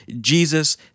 jesus